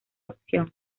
opción